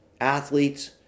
athletes